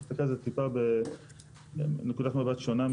אני מסתכל על זה טיפה בנקודת מבט שונה,